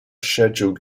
scheduled